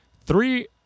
three